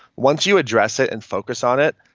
once you address it and focus on it,